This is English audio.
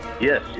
Yes